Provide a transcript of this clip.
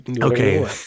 Okay